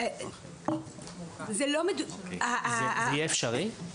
זה יהיה אפשרי?